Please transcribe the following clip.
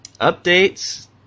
Updates